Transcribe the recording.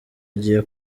agiye